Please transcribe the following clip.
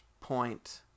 point